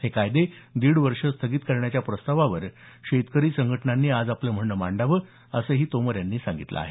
हे कायदे दीड वर्ष स्थगित करण्याचा प्रस्तावावर शेतकरी संघटनांनी आज आपलं म्हणणं मांडावं असं तोमर यांनी सांगितलं आहे